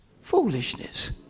foolishness